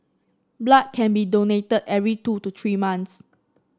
blood can be donated every two to three months